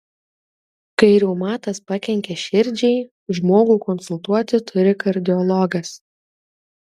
kai reumatas pakenkia širdžiai žmogų konsultuoti turi kardiologas